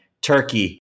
Turkey